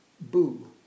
boo